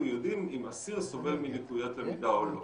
יודעים אם אסיר סובל מלקויות למידה או לא.